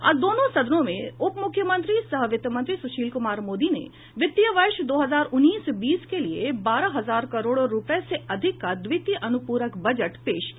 आज दोनों सदनों में उप मुख्यमंत्री सह वित्त मंत्री सुशील कुमार मोदी ने वित्तीय वर्ष दो हजार उन्नीस बीस के लिए बारह हजार करोड़ रुपये से अधिक का द्वितीय अनुपूरक बजट पेश किया